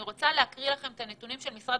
אני רוצה להקריא לכם את הנתונים של משרד